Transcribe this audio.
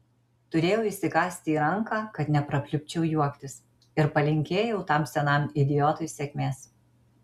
turėjau įsikąsti į ranką kad neprapliupčiau juoktis ir palinkėjau tam senam idiotui sėkmės